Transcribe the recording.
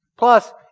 Plus